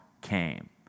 came